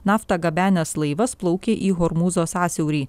naftą gabenęs laivas plaukė į hormūzo sąsiaurį